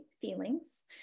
feelings